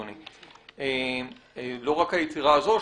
אדוני - לא רק היצירה הזו,